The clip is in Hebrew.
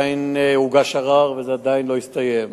הוגש ערר וזה עדיין לא הסתיים.